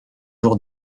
jours